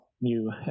new